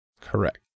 Correct